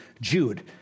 Jude